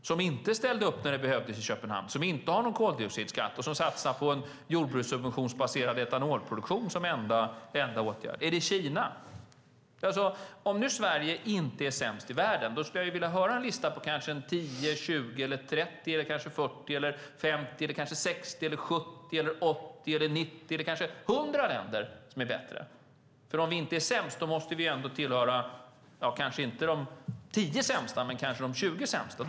De ställde inte upp när det behövdes i Köpenhamn, de har inte någon koldioxidskatt och de satsar på en jordbrukssubventionsbaserad etanolproduktion som enda åtgärd. Är det Kina? Om nu Sverige inte är sämst i världen skulle jag vilja höra en lista på 10, 20, 30 eller kanske 100 länder som är bättre. Om vi inte är sämst måste vi ändå tillhöra om inte de 10 sämsta så kanske de 20 sämsta.